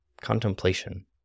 contemplation